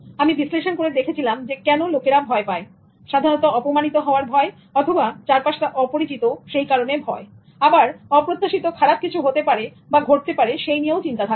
আমি বিশ্লেষণ করে দেখেছিলাম যে কেন লোকেরা ভয় পায় সাধারণত অপমানিত হওয়ার ভয় অথবা চারপাশটা অপরিচিত সেই কারণে ভয় অপ্রত্যাশিত খারাপ কিছু হতে পারে বা ঘটতে পারে সেই নিয়েও চিন্তা থাকে